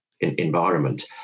environment